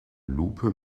lupe